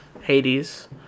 Hades